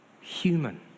Human